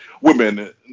women